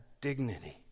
dignity